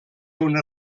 una